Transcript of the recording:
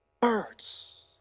birds